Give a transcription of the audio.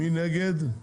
מי נגד?